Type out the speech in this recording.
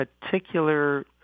particular